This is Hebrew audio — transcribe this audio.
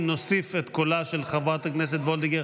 אלימות במשפחה (פיקוח טכנולוגי להבטחת קיומו של צו הגנה,